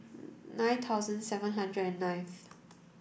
nine thousand seven hundred and ninth